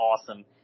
awesome